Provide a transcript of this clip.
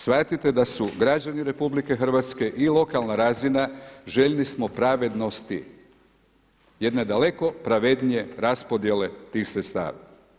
Shvatiti da su građani RH i lokalna razina željni smo pravednosti, jedne daleko pravednije raspodjele tih sredstava.